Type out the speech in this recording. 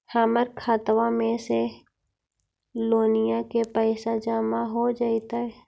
हमर खातबा में से लोनिया के पैसा जामा हो जैतय?